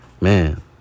man